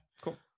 Cool